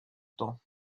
temps